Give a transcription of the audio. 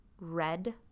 red